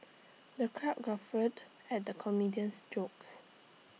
the crowd guffawed at the comedian's jokes